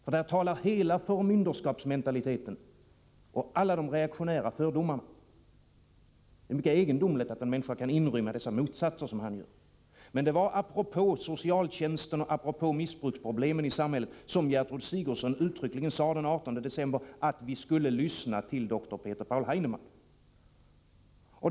För där talar hela förmynderskapsmentaliteten och alla de reaktionära fördomarna. Det är mycket egendomligt att en människa kan inrymma sådana motsatser. Men det var apropå socialtjänsten och missbruksproblemen i samhället som Gertrud Sigurdsen den 18 december uttryckligen sade att vi skulle lyssna till doktor Peter Paul Heinemann.